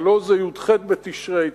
הלוא זה י"ח בתשרי,